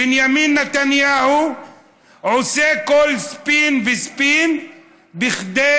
בנימין נתניהו עושה כל ספין וספין כדי